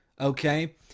okay